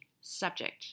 subject